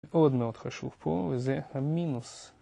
מאוד מאוד חשוב פה זה המינוס.